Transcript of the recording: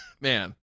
man